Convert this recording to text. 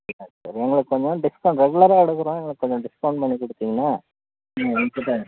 எங்களுக்கு கொஞ்சம் டிஸ்கௌண்ட் ரெகுலராக எடுக்கிறோம் எங்களுக்கு கொஞ்சம் டிஸ்கௌண்ட் பண்ணி கொடுத்தீங்கன்னா ம்